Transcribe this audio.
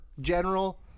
general